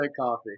coffee